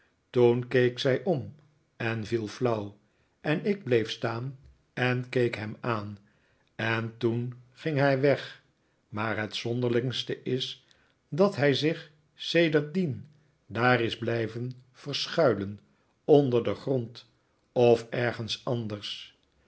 toen keek zij om en viel flauw en ik bleef staan en keek hem aan en toen ging hij weg maar het zonderlingste is dat hij zich sedertdien daar is blijven verschuilen onder deri grond of ergens anders